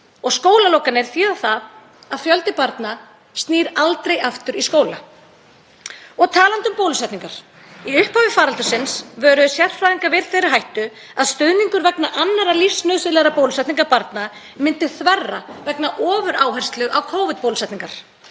og skólalokanir þýða það að fjöldi barna snýr aldrei aftur í skóla. Talandi um bólusetningar: Í upphafi faraldursins vöruðu sérfræðingar við þeirri hættu að stuðningur vegna annarra lífsnauðsynlegra bólusetninga barna myndi þverra vegna ofuráherslu á Covid-bólusetningar.